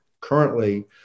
currently